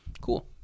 cool